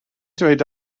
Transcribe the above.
dweud